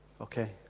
okay